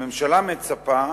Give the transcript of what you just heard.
הממשלה מצפה